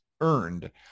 earned